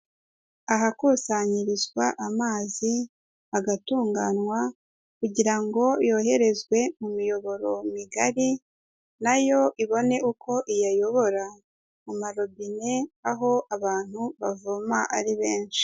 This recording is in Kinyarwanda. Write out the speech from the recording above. Ahakusanyirizwa amazi, agatunganywa kugira ngo yoherezwe mu miyoboro migari, na yo ibone uko iyayobora mu marobine aho abantu bavoma ari benshi.